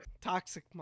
Toxic